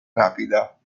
rapida